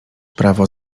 prawo